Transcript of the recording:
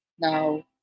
Now